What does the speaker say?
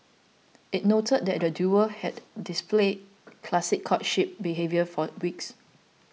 it noted that the duo had displayed classic courtship behaviour for weeks